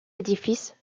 édifices